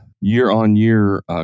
year-on-year